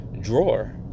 drawer